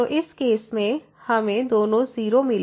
तो इस केस में हमें दोनों 0 मिला है